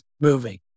moving